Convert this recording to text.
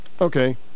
Okay